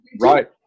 right